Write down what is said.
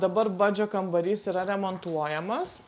dabar badžio kambarys yra remontuojamas